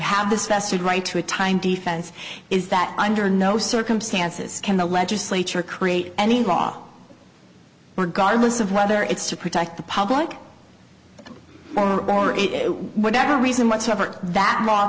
have this festered right to a time defense is that under no circumstances can the legislature create any iraq regardless of whether it's to protect the public for it whatever reason whatsoever that